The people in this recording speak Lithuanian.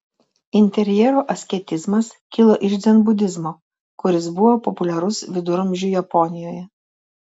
interjero asketizmas kilo iš dzenbudizmo kuris buvo populiarus viduramžių japonijoje